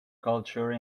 culture